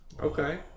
Okay